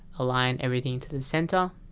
align everything to the center